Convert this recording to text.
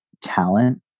talent